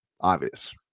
Obvious